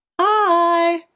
hi